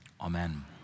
amen